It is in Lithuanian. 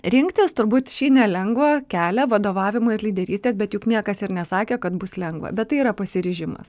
rinktis turbūt šį nelengvą kelią vadovavimo ir lyderystės bet juk niekas ir nesakė kad bus lengva bet tai yra pasiryžimas